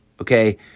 okay